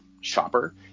shopper